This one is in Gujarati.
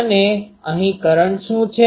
અને અહીં કરંટ શું છે